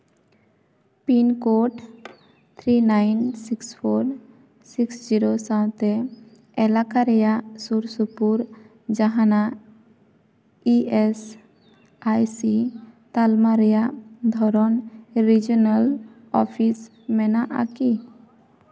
pin code three nine six four six four six zero ᱥᱟᱶᱛᱮ ᱮᱞᱟᱠᱟ ᱨᱮᱭᱟᱜ ᱥᱩᱨᱼᱥᱩᱯᱩᱨ ᱡᱟᱦᱟᱱᱟᱜ ᱤ ᱮᱥ ᱟᱭ ᱥᱤ ᱛᱟᱞᱢᱟ ᱨᱮᱭᱟᱜ ᱫᱷᱚᱨᱚᱱ ᱨᱮᱡᱤᱱᱟᱞ ᱚᱷᱤᱥ ᱢᱮᱱᱟᱜᱼᱟ ᱠᱤ